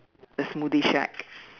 the smoothie shack